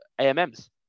amms